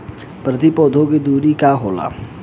प्रति पौधे के दूरी का होला?